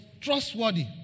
trustworthy